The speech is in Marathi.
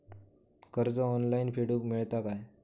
कर्ज ऑनलाइन फेडूक मेलता काय?